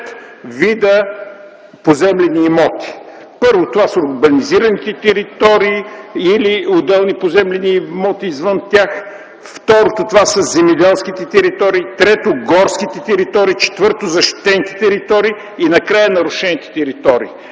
вида поземлени имота: първо, това са урбанизираните територии или отделни поземлени имоти извън тях, второ, това са земеделските територии, трето, горските територии, четвърто, защитените територии, и накрая нарушените територии.